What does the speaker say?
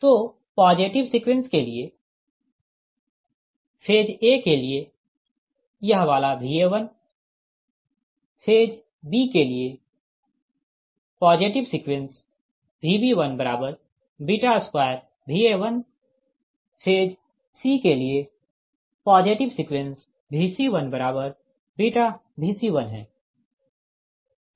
तो positive sequence के लिए फेज a के लिए यह वाला Va1 फेज b के लिए positive sequence Vb12Va1 phase c के लिए पॉजिटिव सीक्वेंस Vc1βVc1 है